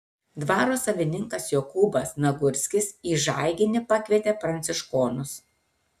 dvaro savininkas jokūbas nagurskis į žaiginį pakvietė pranciškonus